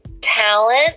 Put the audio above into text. Talent